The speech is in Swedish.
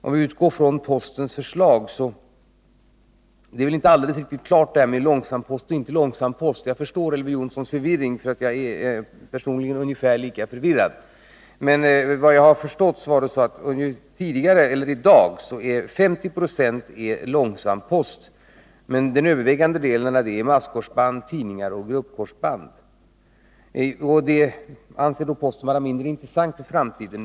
Om vi utgår från postens förslag, så är det väl inte alldeles klart vad som skall vara långsampost och inte långsampost. Jag förstår Elver Jonssons förvirring, för jag är personligen ungefär lika förvirrad. Men i dag är det så att 50 26 är långsampost. Den övervägande delen därav är masskorsband, tidningar och gruppkorsband. Detta anser då posten vara mindre intressant Nr 85 för framtiden.